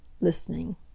listening